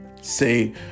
Say